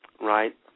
right